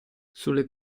sulle